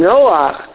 Noah